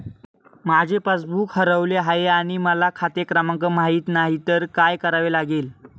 माझे पासबूक हरवले आहे आणि मला खाते क्रमांक माहित नाही तर काय करावे लागेल?